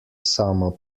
sama